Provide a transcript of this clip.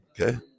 Okay